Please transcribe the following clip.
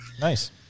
nice